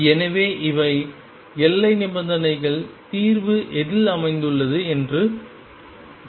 எனவே இவை எல்லை நிபந்தனைகள் தீர்வு எதில் அமைந்துள்ளது என்று பார்ப்போம்